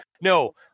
No